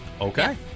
Okay